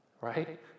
right